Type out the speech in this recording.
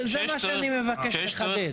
זה מה שאני מבקש לחדד.